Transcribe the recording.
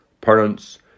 parents